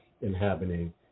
inhabiting